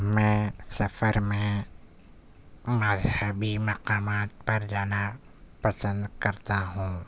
میں سفر میں مذہبی مقامات پر جانا پسند کرتا ہوں